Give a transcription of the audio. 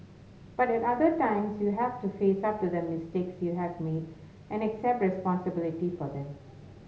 but at other times you have to face up to the mistakes you have made and accept responsibility for them